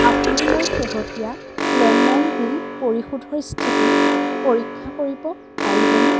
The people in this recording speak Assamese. আপুনি মোৰ শেহতীয়া লেণ্ডলাইন বিল পৰিশোধৰ স্থিতি পৰীক্ষা কৰিব পাৰিবনে